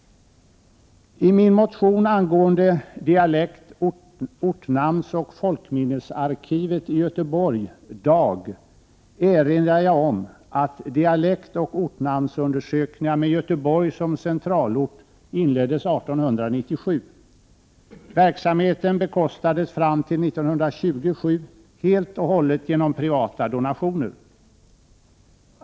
I min motion angående dialekt-, ortnamns-, och folkminnesarkivet i Göteborg erinrar jag om att dialektoch ortnamnsundersökningar med Göteborg som centralort inleddes 1897. Verksamheten bekostades fram till 1927 helt och hållet genom privata donationer.